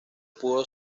pudo